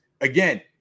again